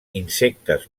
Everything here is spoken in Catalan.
insectes